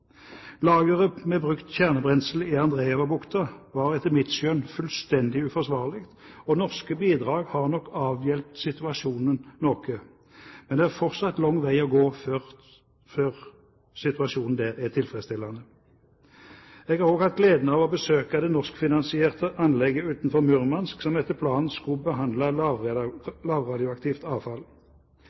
Lageret med brukt kjernebrensel i Andrejevbukta var etter mitt skjønn fullstendig uforsvarlig. Norske bidrag har nok avhjulpet situasjonen noe, men det er fortsatt en lang vei å gå før situasjonen der er tilfredsstillende. Jeg har også hatt gleden av å besøke det norskfinansierte anlegget utenfor Murmansk som etter planen skulle behandle lavradioaktivt avfall.